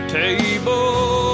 table